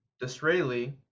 Disraeli